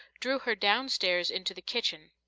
drew her downstairs into the kitchen.